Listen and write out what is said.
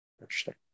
Interesting